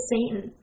Satan